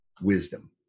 wisdom